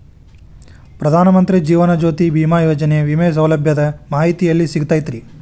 ಪ್ರಧಾನ ಮಂತ್ರಿ ಜೇವನ ಜ್ಯೋತಿ ಭೇಮಾಯೋಜನೆ ವಿಮೆ ಸೌಲಭ್ಯದ ಮಾಹಿತಿ ಎಲ್ಲಿ ಸಿಗತೈತ್ರಿ?